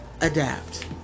adapt